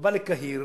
ובא לקהיר